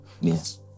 yes